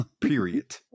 Period